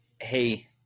hey